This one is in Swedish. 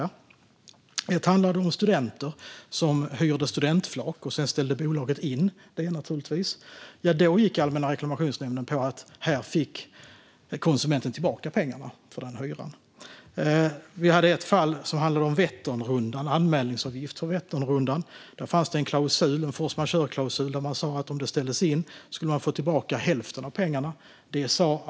Ett fall handlade om studenter som hyrde studentflak och där bolaget sedan, naturligtvis, ställde in. Då gick Allmänna reklamationsnämnden på linjen att konsumenten skulle få tillbaka pengarna för hyran. Ett annat fall handlade om anmälningsavgift för Vätternrundan. Där fanns det en force majeure-klausul där det stod att man skulle få tillbaka hälften av pengarna om det ställdes in.